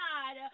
God